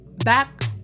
back